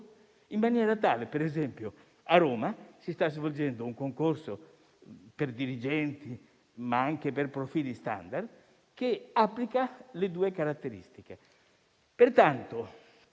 del 2021 lo fa. Ad esempio, a Roma si sta svolgendo un concorso per dirigenti, ma anche per profili *standard*, che applica le due caratteristiche. Pertanto,